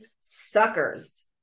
suckers